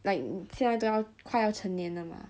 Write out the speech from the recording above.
like 你现在都要快要成年了吗